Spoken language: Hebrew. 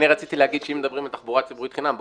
שאם מדברים על תחבורה ציבורית חינם,